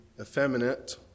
effeminate